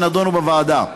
שנדונו בוועדה בלבד.